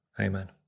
Amen